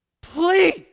please